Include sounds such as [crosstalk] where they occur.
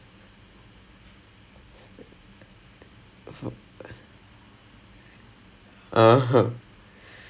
what do you guys thinking [laughs] I was like என்ன துரத்திவிடுவோம் என்ன:enna thurathividuvoam enna mood லே இருக்கீங்களா எல்லாரும்:le irukingalaa ellaarum [laughs] why you guys chasing everyone away